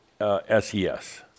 S-E-S